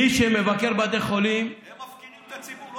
הם מפקירים את הציבור.